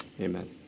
Amen